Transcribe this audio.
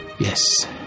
Yes